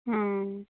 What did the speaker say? हाँ